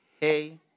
hey